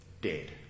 Dead